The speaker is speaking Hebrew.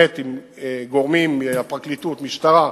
עם גורמים, הפרקליטות, המשטרה,